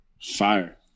fire